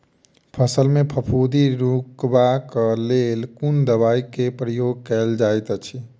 फसल मे फफूंदी रुकबाक लेल कुन दवाई केँ प्रयोग कैल जाइत अछि?